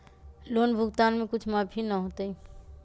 Loan भुगतान में कुछ माफी न होतई?